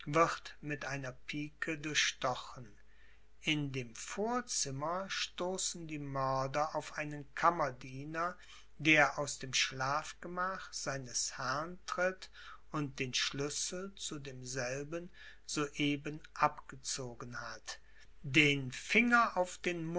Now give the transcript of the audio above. mit einer pike durchstochen in dem vorzimmer stoßen die mörder auf einen kammerdiener der aus dem schlafgemach seines herrn tritt und den schlüssel zu demselben so eben abgezogen hat den finger auf den